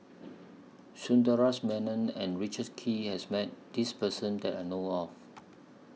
Sundaresh Menon and Richard Kee has Met This Person that I know of